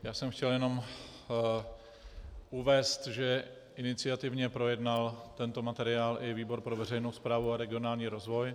Já jsem chtěl jenom uvést, že iniciativně projednal tento materiál i výbor pro veřejnou správu a regionální rozvoj.